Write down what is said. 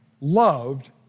loved